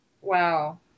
Wow